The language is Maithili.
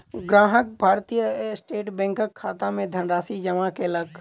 ग्राहक भारतीय स्टेट बैंकक खाता मे धनराशि जमा कयलक